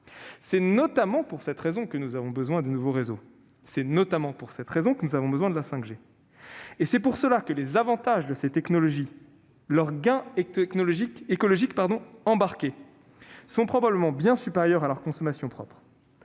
C'est notamment pour cette raison que nous avons besoin de nouveaux réseaux ; c'est notamment pour cette raison que nous avons besoin de la 5G. C'est pourquoi les avantages de ces technologies, leurs gains écologiques embarqués, sont probablement bien supérieurs à leur consommation propre.